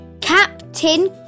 Captain